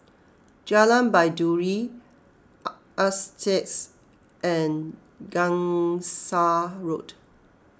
Jalan Baiduri Altez and Gangsa Road